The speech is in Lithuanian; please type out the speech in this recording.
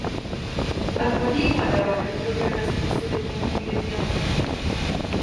ar pavyko leo ir bružui rasti visų reikiamų ingredientų